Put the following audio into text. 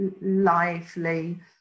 lively